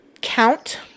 count